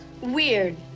weird